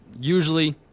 usually